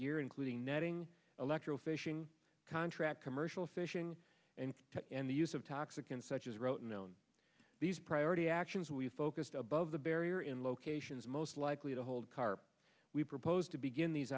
gear including netting electro fishing contract commercial fishing and and the use of toxic and such as wrote known these priority actions we've focused above the barrier in locations most likely to hold carp we propose to begin these